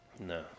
No